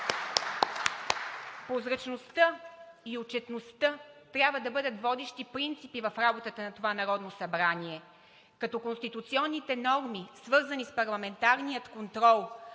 Прозрачността и отчетността трябва да бъдат водещи принципи в работата на това Народно събрание, като конституционните норми, свързани с парламентарния контрол,